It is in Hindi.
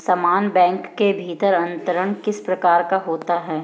समान बैंक के भीतर अंतरण किस प्रकार का होता है?